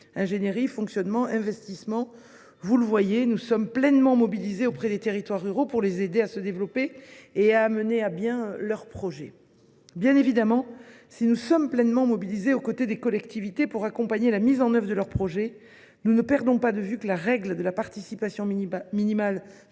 Ingénierie, fonctionnement, investissement : nous sommes pleinement mobilisés auprès des territoires ruraux pour les aider à se développer et à mener à bien leurs projets. Bien évidemment, si nous sommes pleinement mobilisés aux côtés des collectivités pour accompagner la mise en œuvre de leurs projets, nous ne perdons pas de vue que la règle de la participation minimale